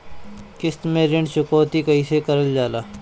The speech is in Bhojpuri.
किश्त में ऋण चुकौती कईसे करल जाला?